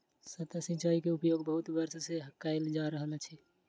सतह सिचाई के उपयोग बहुत वर्ष सँ कयल जा रहल अछि